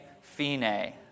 fine